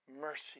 mercy